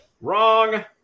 Wrong